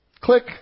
Click